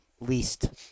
least